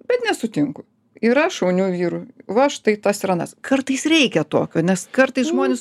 bet nesutinku yra šaunių vyrų va štai tas ir anas kartais reikia tokio nes kartais žmonės